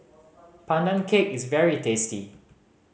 Pandan Cake is very tasty